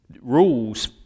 rules